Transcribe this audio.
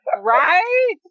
Right